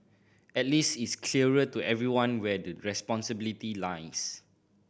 at least it's clearer to everyone where the responsibility lies